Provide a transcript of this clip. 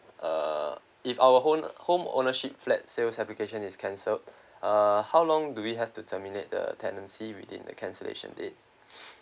uh if our home home ownership flat sales application is cancelled uh how long do we have to terminate the tenancy within the cancellation date